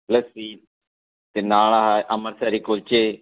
ਲੱਸੀ ਅਤੇ ਨਾਲ ਆਹ ਅੰਮ੍ਰਿਤਸਰੀ ਕੁਲਚੇ